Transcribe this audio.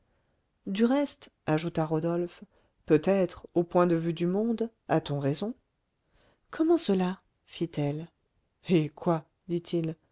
du reste ajouta rodolphe peut-être au point de vue du monde a-t-on raison comment cela fit-elle eh quoi dit-il